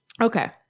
Okay